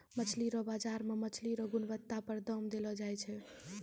मछली रो बाजार मे मछली रो गुणबत्ता पर दाम देलो जाय छै